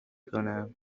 کنم